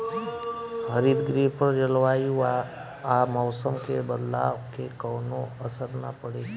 हरितगृह पर जलवायु आ मौसम के बदलाव के कवनो असर ना पड़े